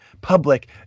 public